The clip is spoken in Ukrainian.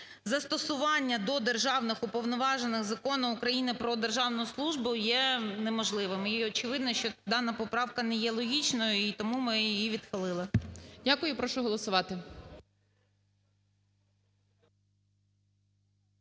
застосування до державних уповноважених закону України "Про державну службу" є неможливим. І очевидно, що дана поправка не є логічною, і тому ми її відхилили. ГОЛОВУЮЧИЙ. Дякую. Прошу голосувати.